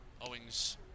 Owings